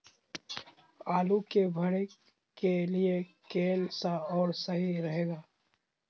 आलू के भरे के लिए केन सा और सही रहेगा?